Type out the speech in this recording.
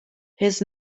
his